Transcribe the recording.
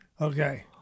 Okay